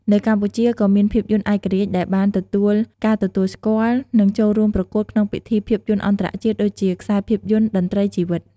នៅកម្ពុជា ក៏មានភាពយន្តឯករាជ្យដែលបានទទួលការទទួលស្គាល់ និងចូលរួមប្រកួតក្នុងពិធីភាពយន្តអន្តរជាតិ ដូចជា ខ្សែភាពយន្ត តន្រ្តីជីវិត។